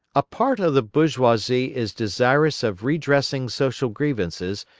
a part of the bourgeoisie is desirous of redressing social grievances,